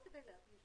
רק כדי להבין.